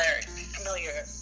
familiar